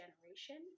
generation